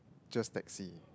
just taxi